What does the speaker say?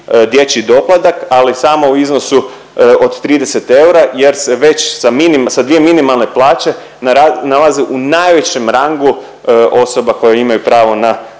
dječji doplatak ali samo u iznosu od 30 eura jer se već sa minim… sa dvije minimalne plaće nalaze u najvećem rangu osoba koje pravo na